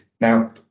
Now